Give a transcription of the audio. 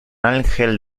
ángel